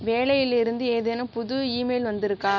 வேலையிலிருந்து ஏதேனும் புது இமெயில் வந்திருக்கா